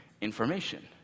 information